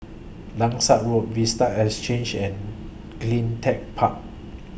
Langsat Road Vista Exhange and CleanTech Park